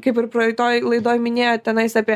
kaip ir praeitoj laidoj minėjot tenais apie